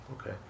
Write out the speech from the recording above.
okay